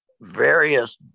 various